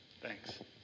thanks